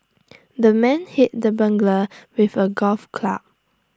the man hit the burglar with A golf club